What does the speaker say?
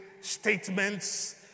statements